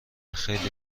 خیلی